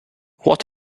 what